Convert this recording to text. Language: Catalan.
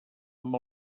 amb